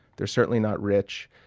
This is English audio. they're certainly not rich,